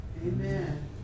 Amen